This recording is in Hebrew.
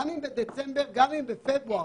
דצמבר או פברואר.